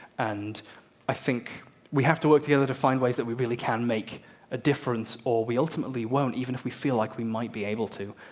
and i think we have to work together to find ways that we really can make a difference or we ultimately won't, even if we feel like we might be able to.